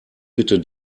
bitte